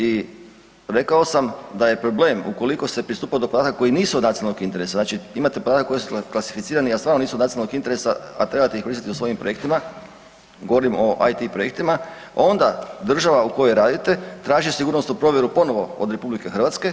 I rekao sam da je problem ukoliko se pristupa do podataka koji nisu od nacionalnog interesa, znači imate podatke koji su klasificirani, a stvarno nisu od nacionalnog interesa, a trebate ih koristiti u svojim projektima, govorim o IT projektima onda država u kojoj radite traži sigurnosnu provjeru ponovo od RH.